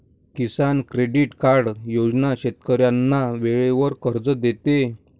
किसान credit card योजना शेतकऱ्यांना वेळेवर कर्ज देते